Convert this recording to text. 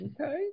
Okay